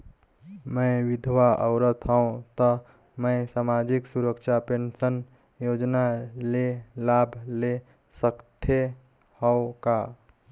मैं विधवा औरत हवं त मै समाजिक सुरक्षा पेंशन योजना ले लाभ ले सकथे हव का?